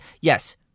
Yes